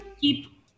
Keep